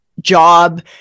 job